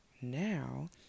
now